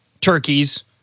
turkeys